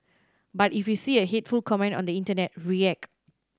but if you see a hateful comment on the internet react